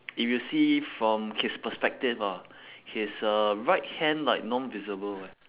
if you see from his perspective ah his uh right hand like non visible eh